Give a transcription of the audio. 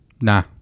Nah